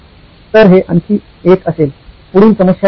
तर हे आणखी एक असेल पुढील समस्या विधान